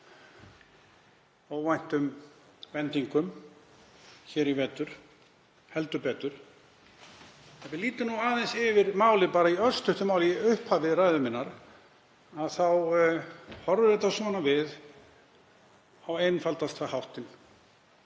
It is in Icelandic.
óvæntum vendingum hér í vetur, heldur betur. Ef við lítum nú aðeins yfir málið í örstuttu máli í upphafi ræðu minnar þá horfir þetta svona við á einfaldasta háttinn: